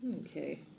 Okay